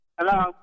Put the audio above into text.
Hello